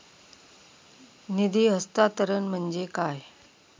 निधी हस्तांतरण म्हणजे काय?